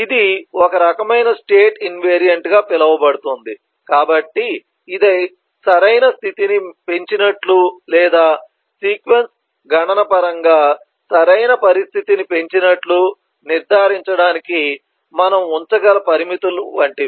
ఇది ఒక రకమైన స్టేట్ ఇన్విరియంట్ గా పిలువబడుతుంది కాబట్టి ఇది సరైన స్థితిని పెంచినట్లు లేదా సీక్వెన్స్ గణన పరంగా సరైన పరిస్థితిని పెంచినట్లు నిర్ధారించడానికి మనము ఉంచగల పరిమితుల వంటిది